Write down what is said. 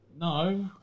no